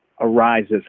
arises